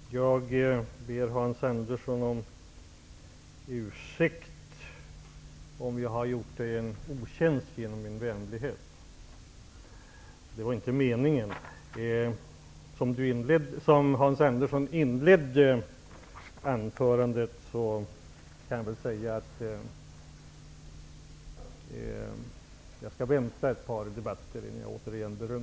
Fru talman! Jag ber Hans Andersson om ursäkt om jag har gjort honom en otjänst genom min vänlighet. Det var inte meningen. Efter att ha hört Hans Anderssons inledning av hans replik kan jag säga att jag skall vänta ett par debatter innan jag återigen ger